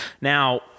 Now